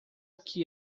que